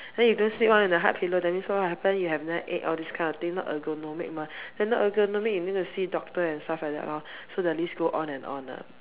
then you don't sleep [one] in a hard pillow that means what will happen you have night ache all this kind of thing not ergonomic mah then not ergonomic you go see doctor and stuff like that lor so the list go on and on lah